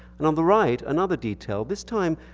and on the right, another detail. this time,